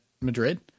Madrid